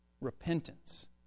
Repentance